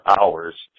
hours